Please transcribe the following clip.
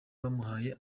bamuhaye